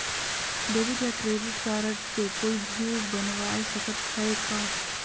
Debit या credit card के कोई भी बनवाय सकत है का?